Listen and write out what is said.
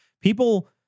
people